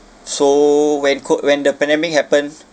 so when co~ when the pandemic happened